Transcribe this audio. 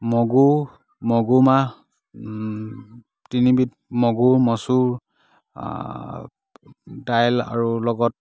মগু মগুমাহ তিনিবিধ মগুৰ মচুৰ দাইল আৰু লগত